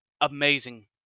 amazing